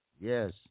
Yes